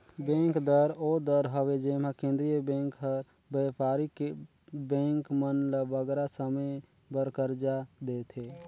bank दर ओ दर हवे जेम्हां केंद्रीय बेंक हर बयपारिक बेंक मन ल बगरा समे बर करजा देथे